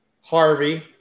Harvey